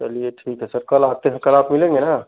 चलिए ठीक है सर कल आते हैं कल आप मिलेंगे ना